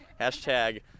Hashtag